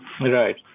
Right